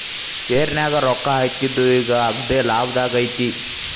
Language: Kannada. ಶೆರ್ನ್ಯಾಗ ರೊಕ್ಕಾ ಹಾಕಿದ್ದು ಈಗ್ ಅಗ್ದೇಲಾಭದಾಗೈತಿ